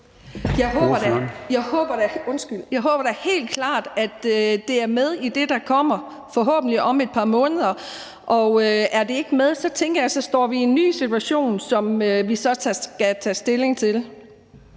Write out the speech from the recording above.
Jeg håber da helt klart, at det er med i det, der kommer om forhåbentlig et par måneder, og er det ikke med, tænker jeg at vi står i en ny situation, som vi så skal tage stilling til.